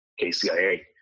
KCIA